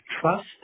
trust